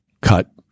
cut